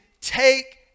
take